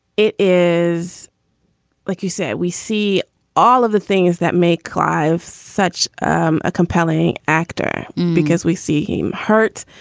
it is like you said, we see all of the things that make lives such a compelling actor because we see him hurt.